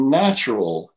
natural